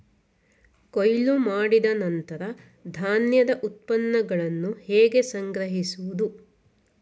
ಕೊಯ್ಲು ಮಾಡಿದ ನಂತರ ಧಾನ್ಯದ ಉತ್ಪನ್ನಗಳನ್ನು ಹೇಗೆ ಸಂಗ್ರಹಿಸುವುದು?